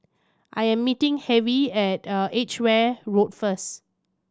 I am meeting Harvey at Edgware Road first